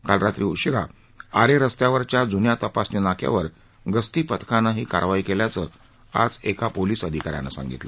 काल रात्री उशिरा आरे रस्त्यावरच्या जून्या तपासणी नाक्यावर गस्ती पथकानं ही कारवाई केल्याचं आज एका पोलीस अधिका यानं सांगितलं